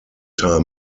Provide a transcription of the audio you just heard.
time